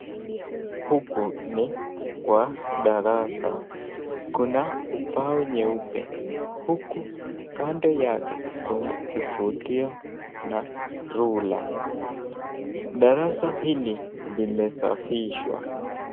Huku ni kwa darasa, kuna ubao nyeupe uku kando yake kuna kivutio na ruler darasa hili limesafishwa.